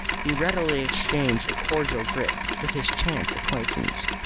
he readily exchanged a cordial grip with his chance acquaintance.